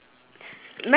you got open sale